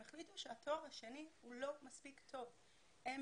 הם החליטו שהתואר השני הוא לא מספיק טוב והם